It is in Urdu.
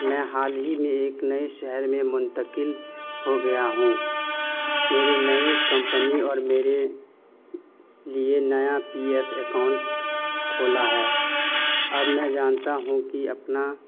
میں حال ہی میں ایک نئے شہر میں منتقل ہو گیا ہوں میرے نئے کمپنی اور میرے لیے نیا پی ایف اکاؤنٹ کھولا ہے اب میں جانتا ہوں کہ اپنا